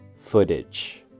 Footage